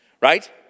right